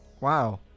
wow